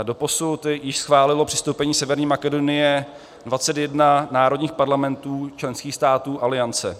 Doposud již schválilo přistoupení Severní Makedonie 21 národních parlamentů členských států Aliance.